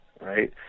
right